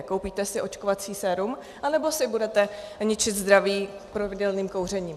Koupíte si očkovací sérum, anebo si budete ničit zdraví pravidelným kouřením.